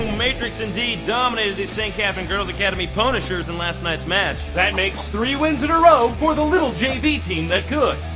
matrix and d dominated the st. catherine girls academy punishers in last night's match. that makes three wins in a row for the little j v. team that could.